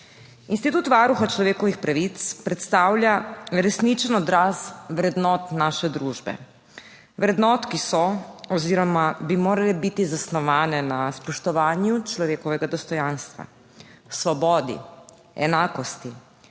Institut Varuha človekovih pravic predstavlja resničen odraz vrednot naše družbe, vrednot, ki so oziroma bi morale biti zasnovane na spoštovanju človekovega dostojanstva, svobodi, enakosti,